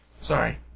Sorry